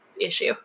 issue